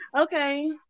Okay